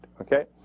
okay